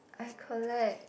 I collect